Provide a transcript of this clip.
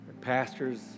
Pastors